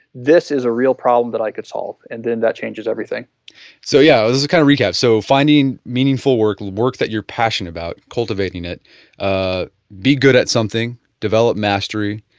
this is a real problem that i could solve and then that changes everything so, yeah, just a kind of recap. so finding meaningful work, work that you are passionate about, cultivating ah be good at something, develop mastery,